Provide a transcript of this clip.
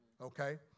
Okay